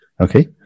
okay